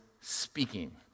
speaking